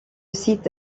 site